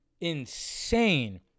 insane